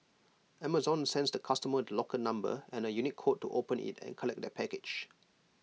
Amazon sends the customer the locker number and A unique code to open IT and collect their package